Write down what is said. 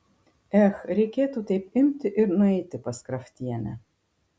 ech reikėtų taip imti ir nueiti pas kraftienę